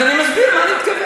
אז אני מסביר מה אני מתכוון.